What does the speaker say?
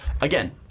Again